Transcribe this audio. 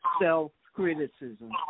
Self-criticism